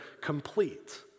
complete